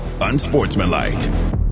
Unsportsmanlike